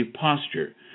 posture